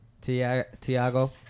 Tiago